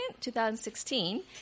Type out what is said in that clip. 2016